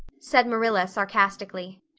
said marilla sarcastically.